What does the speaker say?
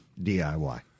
DIY